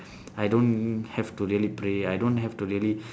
I don't have to really pray I don't have to really